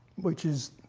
which is